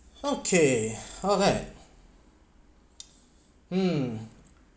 okay how that mm